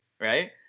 right